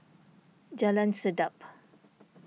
Jalan Sedap